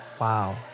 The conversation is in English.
Wow